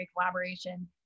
collaboration